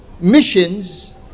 missions